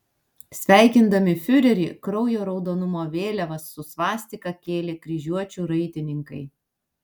sveikindami fiurerį kraujo raudonumo vėliavas su svastika kėlė kryžiuočių raitininkai